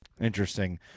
Interesting